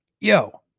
Yo